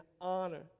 honor